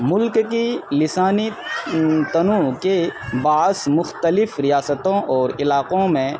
ملک کی لسانی تنوع کے باعث مختلف ریاستوں اور علاقوں میں